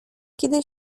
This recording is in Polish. kiedy